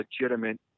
legitimate